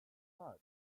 much